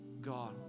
God